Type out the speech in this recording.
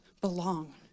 belong